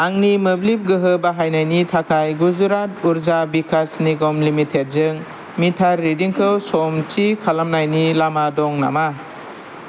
आंनि मोब्लिब गोहो बाहायनायनि थाखाय गुजुरात उर्जा बिकास निगम लिमिटेडजों मिटार रिदिंखौ सम थि खालामनायनि लामा दं नामा